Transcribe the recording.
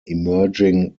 emerging